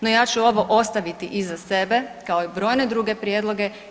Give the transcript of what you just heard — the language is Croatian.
No ja ću ovo ostaviti iza sebe kao i brojne druge prijedloge.